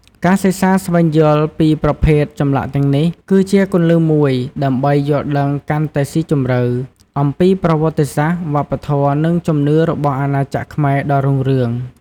ការសិក្សាស្វែងយល់ពីប្រភេទចម្លាក់ទាំងនេះ គឺជាគន្លឹះមួយដើម្បីយល់ដឹងកាន់តែស៊ីជម្រៅអំពីប្រវត្តិសាស្ត្រ វប្បធម៌ និងជំនឿរបស់អាណាចក្រខ្មែរដ៏រុងរឿង។